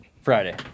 Friday